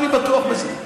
אני בטוח בזה.